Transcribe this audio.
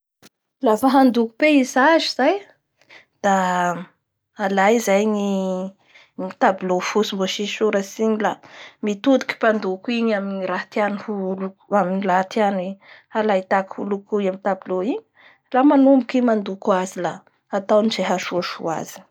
Lafa handoko paysage zay da alay zay gny tabeau fotsy mbo tsisy soratsy igny la mitodiky mpandoko igny amin'ny raha tiany holokoa amin'ny rah tiany haay tahaky hookoy amin'ny tabeau igny, da manomboky i mandoko azy la ataoby izay hahasosoa azy.